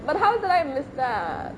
but how did I miss that